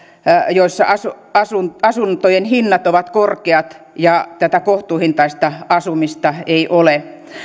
joissa asuntojen hinnat ovat korkeat ja tätä kohtuuhintaista asumista ei ole